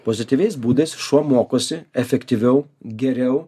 pozityviais būdais šuo mokosi efektyviau geriau